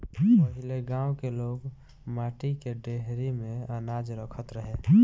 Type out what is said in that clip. पहिले गांव के लोग माटी के डेहरी में अनाज रखत रहे